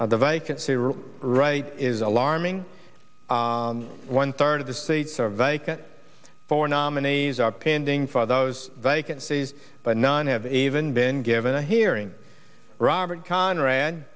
crisis the vacancy were right is alarming one third of the seats are vacant for nominees are pending for those vacancies but none have even been given a hearing robert conrad